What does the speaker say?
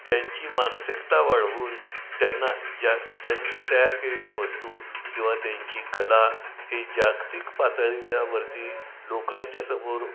त्यांची मानसिकता वाढवून त्यांना ज्या त्यांंनी तयार केलेल्या वस्तू किंवा त्यांची कला हे जागतिक पातळील्यावरती लोकांच्यासमोर